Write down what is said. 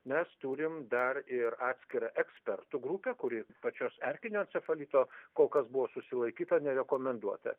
mes turim dar ir atskirą ekspertų grupę kuri pačios erkinio encefalito kol kas buvo susilaikyta nerekomenduota